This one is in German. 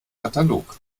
katalog